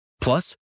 Plus